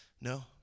no